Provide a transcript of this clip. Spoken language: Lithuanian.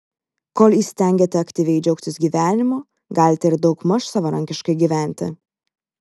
kol įstengiate aktyviai džiaugtis gyvenimu galite ir daugmaž savarankiškai gyventi